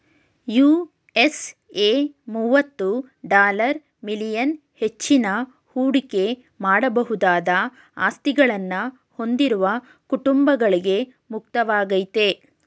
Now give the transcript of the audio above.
USA ಮುವತ್ತು dollar million ಹೆಚ್ಚಿನ ಹೂಡಿಕೆ ಮಾಡಬಹುದಾದ ಆಸ್ತಿಗಳನ್ನ ಹೊಂದಿರುವ ಕುಟುಂಬಗಳ್ಗೆ ಮುಕ್ತವಾಗೈತೆ